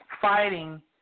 fighting